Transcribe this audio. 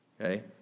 Okay